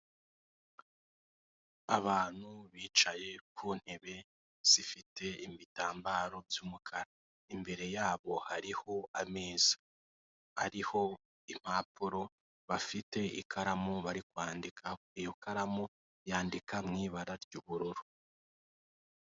Abantu bicaye ku ntebe zifite ibitambaro by'umukara, imbere yabo hariho ameza, hariho impapuro bafite ikaramu bari kwandikaho, iyo karamu yandika mu ibara ry'ubururu.